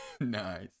Nice